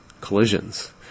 collisions